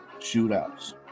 shootouts